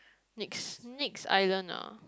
next next island ah